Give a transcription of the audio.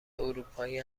اروپایی